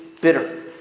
bitter